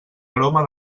aroma